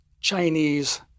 Chinese